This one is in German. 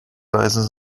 leise